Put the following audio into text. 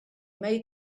made